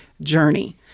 journey